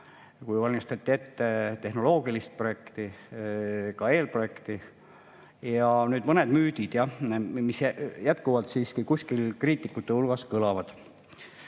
kui valmistati ette tehnoloogilist projekti, ka eelprojekti. Ja nüüd mõned müüdid, mis jätkuvalt siiski kuskil kriitikute hulgas kõlavad.